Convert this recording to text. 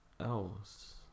else